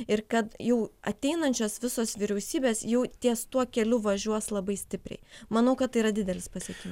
ir kad jau ateinančios visos vyriausybės jau ties tuo keliu važiuos labai stipriai manau kad tai yra didelis pasiekimas